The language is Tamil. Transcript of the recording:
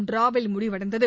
டிராவில் முடிவடைந்தது